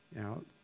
out